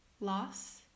loss